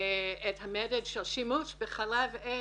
את המדד של שימוש בחלב אם